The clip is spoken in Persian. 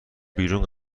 بیرون